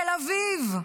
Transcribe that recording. תל אביב,